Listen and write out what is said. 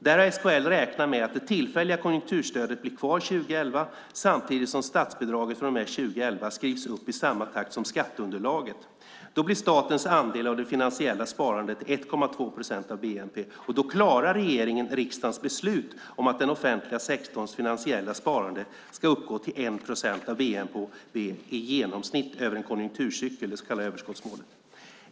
Där har SKL räknat med att det tillfälliga konjunkturstödet blir kvar 2011 samtidigt som statsbidraget från och med 2011 skrivs upp i samma takt som skatteunderlaget. Då blir statens andel av det finansiella sparandet 1,2 procent av bnp, och då klarar regeringen riksdagens beslut om att den offentliga sektorns finansiella sparande ska uppgå till 1 procent av bnp i genomsnitt över en konjunkturcykel, det så kallade överskottsmålet.